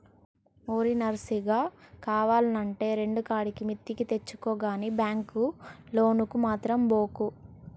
ఓరి నర్సిగా, కావాల్నంటే రెండుకాడికి మిత్తికి తెచ్చుకో గని బాంకు లోనుకు మాత్రం బోకు